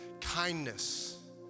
kindness